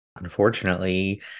unfortunately